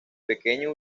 pequeño